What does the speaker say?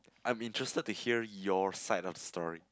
I'm interested to hear your side of story